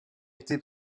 été